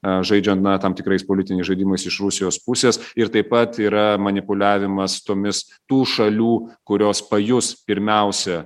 e žaidžiant na tam tikrais politiniais žaidimais iš rusijos pusės ir taip pat yra manipuliavimas tomis tų šalių kurios pajus pirmiausia